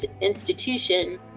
institution